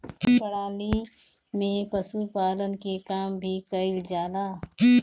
ए प्रणाली में पशुपालन के काम भी कईल जाला